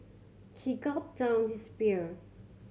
he gulped down his beer